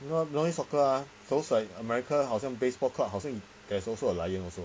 no ah don't need soccer ah those like america 好像 baseball club 好像 there's also a lion also